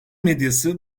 medyası